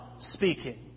speaking